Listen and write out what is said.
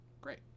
Great